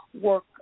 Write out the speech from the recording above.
work